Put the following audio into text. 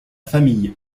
famille